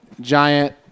giant